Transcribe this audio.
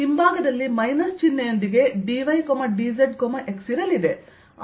ಹಿಂಭಾಗದಲ್ಲಿ ಮೈನಸ್ ಚಿಹ್ನೆಯೊಂದಿಗೆ dy dz x ಇರಲಿದೆ